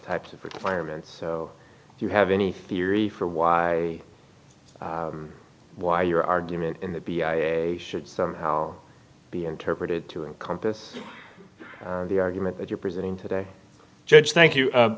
types of requirements so you have any theory for why why your argument in the b i a should somehow be interpreted to encompass the argument that you're presenting today judge thank